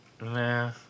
Nah